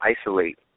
isolate